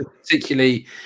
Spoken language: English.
Particularly